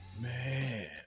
Man